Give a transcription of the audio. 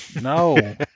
No